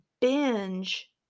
binge